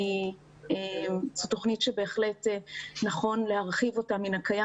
כי זו תוכנית שבהחלט נכון להרחיב אותה מהקיים